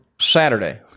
saturday